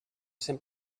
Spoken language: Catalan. cent